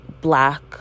black